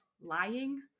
lying